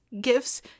gifts